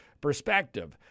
perspective